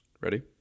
Ready